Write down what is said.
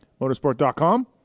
motorsport.com